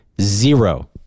zero